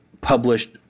published